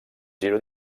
giro